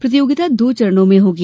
प्रतियोगिता दो चरणों में होगी